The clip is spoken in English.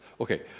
Okay